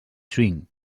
swing